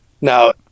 Now